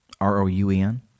R-O-U-E-N